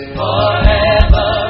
forever